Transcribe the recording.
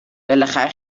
بالاخره